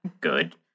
good